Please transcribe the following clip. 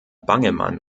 bangemann